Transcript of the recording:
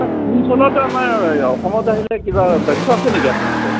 তাত কোন চনত আমাৰ অসমত আহিলে কিবা তথ্য আছে নেকি আপোনাৰ হাতত